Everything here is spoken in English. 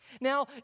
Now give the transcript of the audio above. Now